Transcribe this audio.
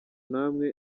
namwe